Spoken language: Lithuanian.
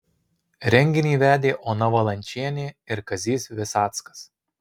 renginį vedė ona valančienė ir kazys visackas